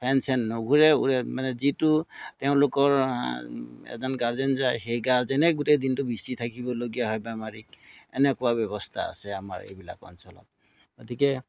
ফেন চেন নুঘুৰে উৰে মানে যিটো তেওঁলোকৰ এজন গাৰ্জেন যায় সেই গাৰ্জেনে গোটেই দিনটো বিচি থাকিবলগীয়া হয় বেমাৰীক এনেকুৱা ব্যৱস্থা আছে আমাৰ এইবিলাক অঞ্চলত গতিকে